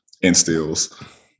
instills